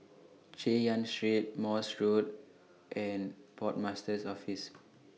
Chay Yan Street Morse Road and Port Master's Office